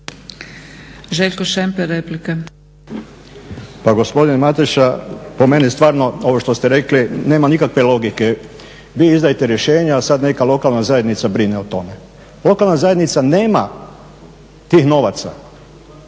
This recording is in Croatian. Željko Šemper replika.